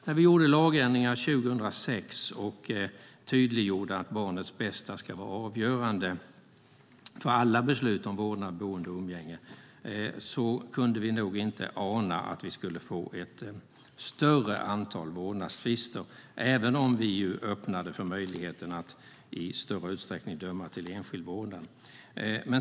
När vi gjorde lagändringar 2006 och tydliggjorde att barnets bästa ska vara avgörande för alla beslut om vårdnad, boende och umgänge kunde vi nog inte ana att vi skulle få ett större antal vårdnadstvister, även om vi öppnade för möjligheten att i större utsträckning döma till enskild vårdnad.